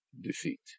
defeat